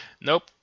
Nope